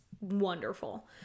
wonderful